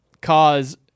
Cause